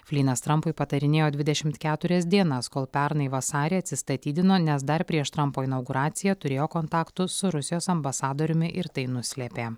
flynas trampui patarinėjo dvidešimt keturias dienas kol pernai vasarį atsistatydino nes dar prieš trampo inauguraciją turėjo kontaktų su rusijos ambasadoriumi ir tai nuslėpė